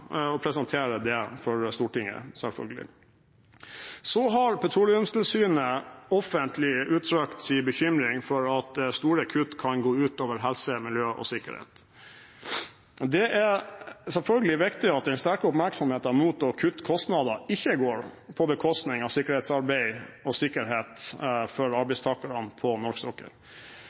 og presentere det for Stortinget, selvfølgelig. Så har Petroleumstilsynet, Ptil, offentlig uttrykt sin bekymring for at store kutt kan gå ut over helse, miljø og sikkerhet. Det er selvfølgelig viktig at den sterke oppmerksomheten mot å kutte kostnader ikke går på bekostning av sikkerhetsarbeid og sikkerhet for arbeidstakerne på norsk sokkel.